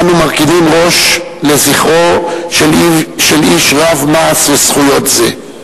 אנו מרכינים ראש לזכרו של איש רב מעש וזכויות זה.